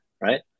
Right